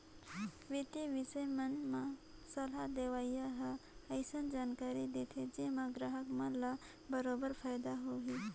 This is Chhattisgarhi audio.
बित्तीय बिसय मन म सलाह देवइया हर अइसन जानकारी देथे जेम्हा गराहक मन ल बरोबर फायदा होही